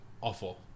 awful